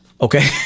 Okay